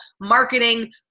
marketing